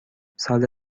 سال